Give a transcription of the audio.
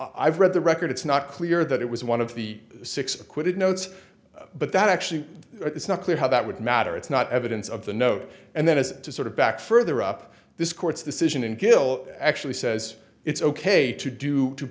i've read the record it's not clear that it was one of the six acquitted notes but that actually it's not clear how that would matter it's not evidence of the note and that is to sort of back further up this court's decision and gill actually says it's ok to do